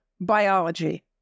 biology